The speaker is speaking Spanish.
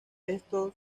estos